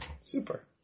Super